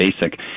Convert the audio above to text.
basic